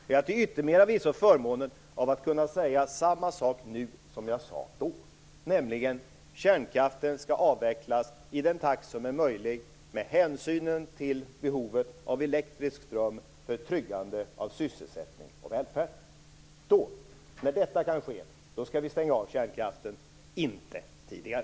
Jag har till yttermera visso förmånen att kunna säga samma sak nu som jag sade då: att kärnkraften skall avvecklas i den takt som är möjlig med hänsyn tagen till behovet av elektrisk ström för tryggande av sysselsättning och välfärd. Då, när detta kan ske, skall vi stänga av kärnkraften - inte tidigare.